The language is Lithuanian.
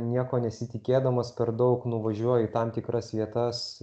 nieko nesitikėdamas per daug nuvažiuoju į tam tikras vietas